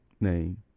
name